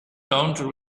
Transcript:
don’t